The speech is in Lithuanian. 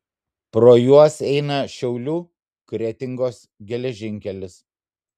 pro juos eina šiaulių kretingos geležinkelis